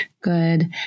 Good